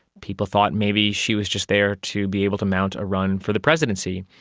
people thought maybe she was just there to be able to mount a run for the presidency.